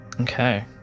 okay